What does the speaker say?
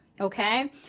okay